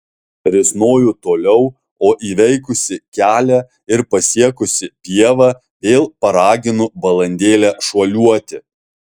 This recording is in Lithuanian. risnoju toliau o įveikusi kelią ir pasiekusi pievą vėl paraginu balandėlę šuoliuoti